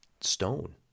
stone